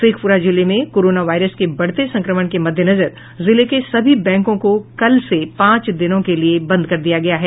शेखपुरा जिले में corona virus के बढ़ते संक्रमण के मद्देनजर जिले के सभी बैंकों को कल से पांच दिन के लिए बंद कर दिया गया है